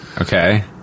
okay